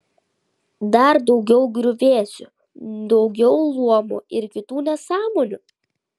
dar daugiau griuvėsių daugiau luomų ir kitų nesąmonių